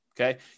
okay